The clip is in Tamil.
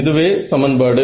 இதுவே சமன்பாடு